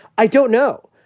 i don't know.